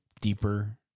deeper